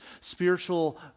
spiritual